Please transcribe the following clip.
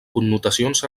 connotacions